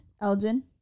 Elgin